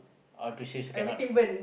atrocious cannot